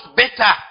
better